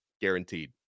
guaranteed